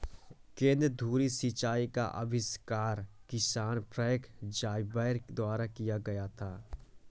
केंद्र धुरी सिंचाई का आविष्कार किसान फ्रैंक ज़ायबैक द्वारा किया गया था